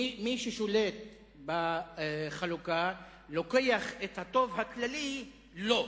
מי ששולט בחלוקה לוקח את הטוב הכללי לו,